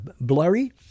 blurry